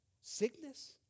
Sickness